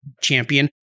Champion